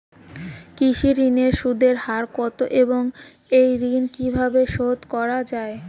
কৃষি ঋণের সুদের হার কত এবং এই ঋণ কীভাবে শোধ করা য়ায়?